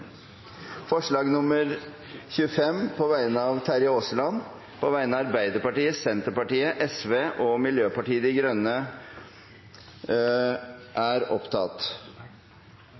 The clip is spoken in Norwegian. forslag nr. 25, fra Terje Aasland på vegne av Arbeiderpartiet, Senterpartiet, Sosialistisk Venstreparti og Miljøpartiet De Grønne Forslag nr. 25 er